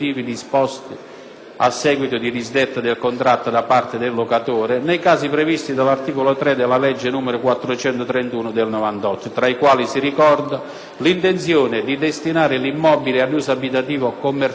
a seguito di disdetta del contratto da parte del locatore nei casi previsti dall'articolo 3 della legge n. 431 del 1998, tra i quali si ricorda: l'intenzione di destinare l'immobile ad uso abitativo, commerciale,